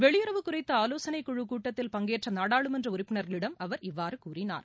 வெளியுறவு குறித்தஆவோசனைக் குழுக் கூட்டத்தில் பங்கேற்றநாடாளுமன்றஉறுப்பினர்களிடம் அவர் இவ்வாறுகூறினார்